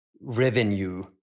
revenue